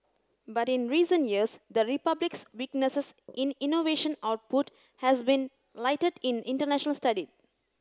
but in recent years the Republic's weaknesses in innovation output has been lighted in international study